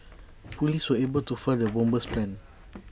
Police were able to foil the bomber's plans